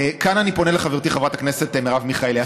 כאן אני פונה לחברתי חברת הכנסת מרב מיכאלי.